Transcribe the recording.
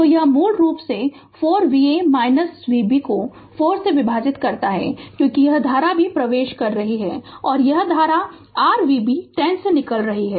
तो यह मूल रूप से 4 Va Vb को 4 से विभाजित करता है क्योंकि यह धारा भी प्रवेश कर रही है और यह धारा r Vb 10 से निकल रही है